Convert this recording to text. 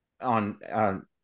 on